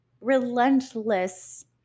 relentless